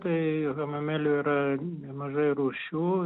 tai hamamelių nemažai rūšių